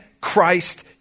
Christ